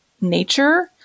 nature